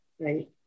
right